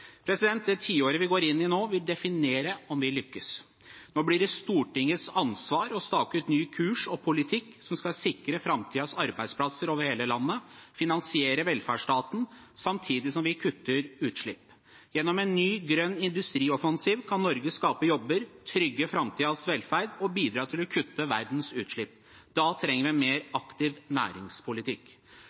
Det tiåret vi går inn i nå, vil definere om vi lykkes. Nå blir det Stortingets ansvar å stake ut ny kurs og politikk som skal sikre framtidens arbeidsplasser over hele landet og finansiere velferdsstaten, samtidig som vi kutter utslipp. Gjennom en ny grønn industrioffensiv kan Norge skape jobber, trygge framtidens velferd og bidra til å kutte verdens utslipp. Da trenger vi en mer aktiv næringspolitikk.